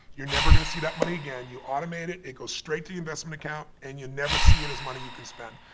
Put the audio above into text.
you're never gonna see that money again, you automate it, it goes straight to the investment account, and you never see it as money you can spend.